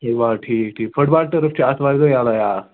foot بال ٹھیٖک ٹھیٖک football ٹٔرٕف چھِ آتھوَارِ دۄہ یَلے آ